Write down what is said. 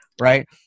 Right